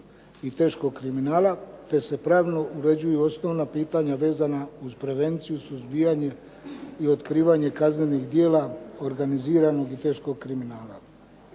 i teškog kriminala te se pravno uređuju osnovna pitanja vezana uz prevenciju, suzbijanje i otkrivanje kaznenih djela organiziranog i teškog kriminala.